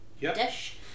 dish